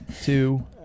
two